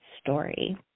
story